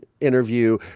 interview